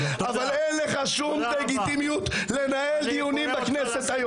אבל אין לך שום לגיטימיות לנהל דיונים בכנסת היום.